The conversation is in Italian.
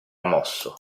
mosso